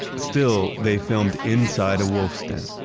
still, they filmed inside a wolf's den,